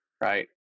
right